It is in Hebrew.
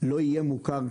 לא יהיה מוכר,